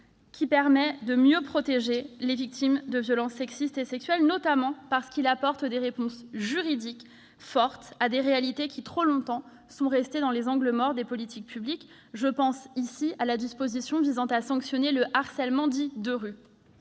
fort permettant de mieux protéger les victimes de violences sexistes et sexuelles, notamment parce qu'il apporte des réponses juridiques fortes à des réalités qui, trop longtemps, sont restées dans les angles morts des politiques publiques. Je pense ici à la disposition visant à sanctionner le harcèlement dit « de rue